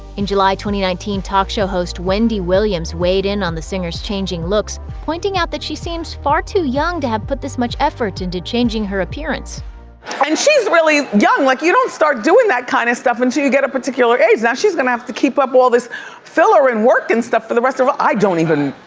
in july two thousand and nineteen, talk show host wendy williams weighed in on the singer's changing looks, pointing out that she seems far too young to have put this much effort into changing her appearance and she's really young. like, you don't start doing that kind of stuff until you get a particular age. now, she's going to have to keep up all this filler and work and stuff for the rest of her. i don't even!